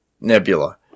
Nebula